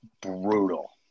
brutal